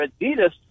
Adidas